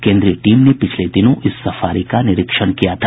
केन्द्रीय टीम ने पिछले दिनों इस सफारी का निरीक्षण किया था